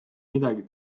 midagi